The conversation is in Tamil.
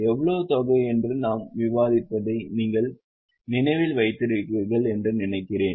எவ்வளவு தொகை என்று நாம் விவாதித்ததை நீங்கள் நினைவில் வைத்திருக்கிறீர்கள் என்று நினைக்கிறேன்